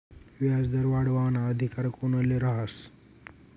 व्याजदर वाढावाना अधिकार कोनले रहास?